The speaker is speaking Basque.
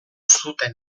zuten